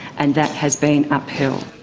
and that has been upheld.